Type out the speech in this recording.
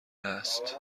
است